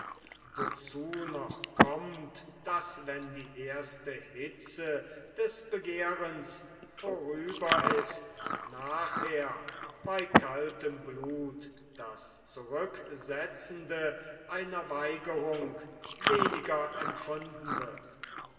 wozu noch kommt daß wenn die erste hitze des begehrens vorüber ist nachher bei kaltem blut das zurücksetzende einer weigerung weniger empfunden wird